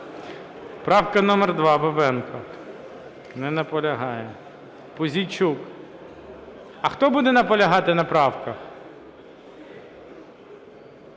Правка номер 2, Бабенко. Не наполягає. Пузійчук. А хто буде наполягати на правках?